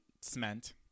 Cement